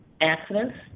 accidents